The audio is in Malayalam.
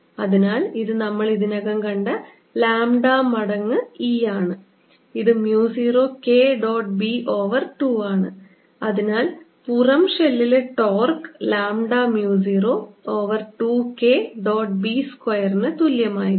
അതിനാൽ ഇത് നമ്മൾ ഇതിനകം കണ്ട ലാംഡ മടങ്ങ് E ആണ് ഇത് mu 0 K dot b over 2 ആണ് അതിനാൽ പുറം ഷെല്ലിലെ torque lambda mu 0 over 2 K dot b സ്ക്വയറിന് തുല്യമായിരിക്കും